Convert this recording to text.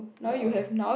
ya